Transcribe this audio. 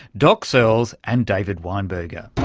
doc searls and david weinberger.